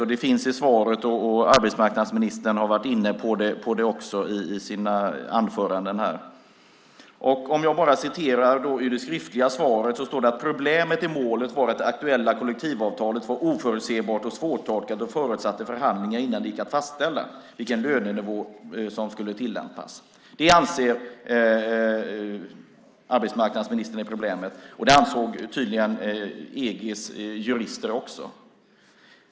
Det står i det skriftliga svaret, och arbetsmarknadsministern har också varit inne på det i sina anföranden här: "Problemet i målet var att det aktuella kollektivavtalet var oförutsebart och svårtolkat och förutsatte förhandlingar innan det gick att fastställa vilken lönenivå den lettiska arbetsgivaren skulle behöva tillämpa." Det anser arbetsmarknadsministern är problemet, och det ansåg tydligen EG:s jurister också.